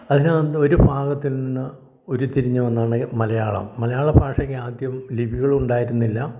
അതിനു മുമ്പ് ഒരു ഭാഗത്തിൽ നിന്ന് ഉരിത്തിരിഞ്ഞ് വന്നതാണ് മലയാളം മലയാളഭാഷയ്ക്ക് ആദ്യം ലിപികൾ ഉണ്ടായിരുന്നില്ല